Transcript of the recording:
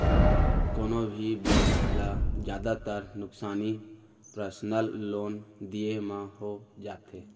कोनों भी बेंक ल जादातर नुकसानी पर्सनल लोन दिये म हो जाथे